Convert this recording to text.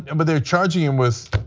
and but they are charging him with,